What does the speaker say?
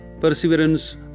Perseverance